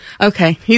Okay